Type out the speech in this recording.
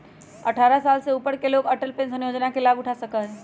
अट्ठारह साल से ऊपर के लोग अटल पेंशन योजना के लाभ उठा सका हई